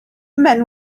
men